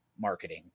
marketing